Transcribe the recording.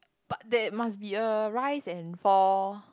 but there must be a rise and fall